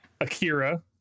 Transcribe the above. Akira